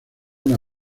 una